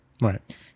Right